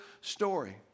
story